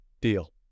deal